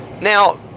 Now